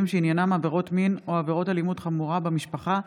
שעניינם עבירות מין או עבירות אלימות חמורה במשפחה)